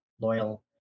loyal